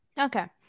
Okay